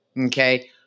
Okay